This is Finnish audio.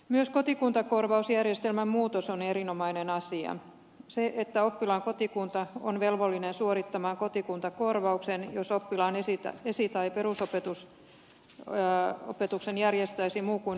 myös kotikuntakorvausjärjestelmän muutos on erinomainen asia se että oppilaan kotikunta on velvollinen suorittamaan kotikuntakorvauksen jos oppilaan esi tai perusopetuksen järjestäisi muu kuin oppilaan kotikunta